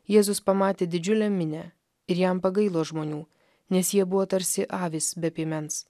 jėzus pamatė didžiulę minią ir jam pagailo žmonių nes jie buvo tarsi avys be piemens